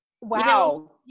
Wow